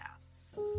Yes